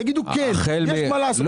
תגידו כן, יש מה לעשות.